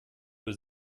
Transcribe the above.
für